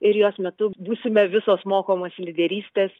ir jos metu būsime visos mokomos lyderystės